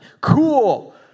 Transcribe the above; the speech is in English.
Cool